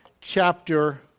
chapter